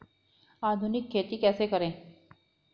आधुनिक खेती कैसे करें?